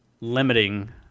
limiting